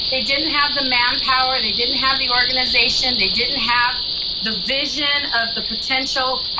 they didn't have the manpower, they didn't have the organization, they didn't have the vision of the potential.